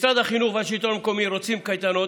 משרד החינוך והשלטון המקומי רוצים קייטנות,